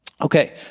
Okay